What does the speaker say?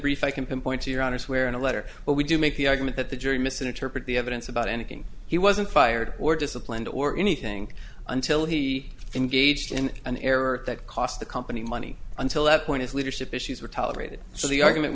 brief i can pinpoint to your honor's where in a letter but we do make the argument that the jury misinterpret the evidence about anything he wasn't fired or disciplined or anything until he engaged in an error that cost the company money until that point his leadership issues were tolerated so the argument